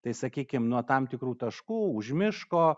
tai sakykim nuo tam tikrų taškų už miško